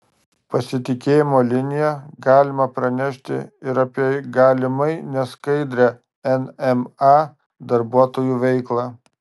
pasitikėjimo linija galima pranešti ir apie galimai neskaidrią nma darbuotojų veiklą